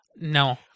No